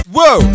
Whoa